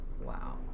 Wow